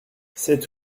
sept